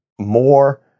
More